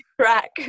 track